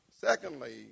Secondly